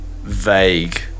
vague